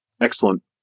Excellent